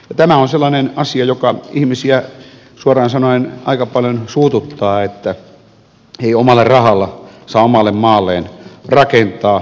tämä on sellainen asia joka ihmisiä suoraan sanoen aika paljon suututtaa että ei omalla rahalla saa omalle maalleen rakentaa